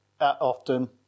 often